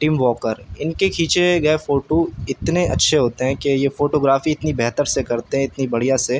ٹم Walker ان کے کھینچے گئے فوٹو اتنے اچھے ہوتے ہیں کہ یہ فوٹوگرافی اتنی بہتر سے کرتے ہیں اتنے بڑھیا سے